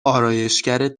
آرایشگرت